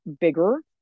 bigger